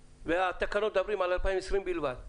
והתקנות מדברות על 2020 בלבד.